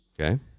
Okay